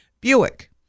Buick